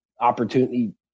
opportunity